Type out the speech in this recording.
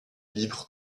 livre